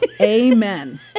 Amen